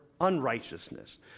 unrighteousness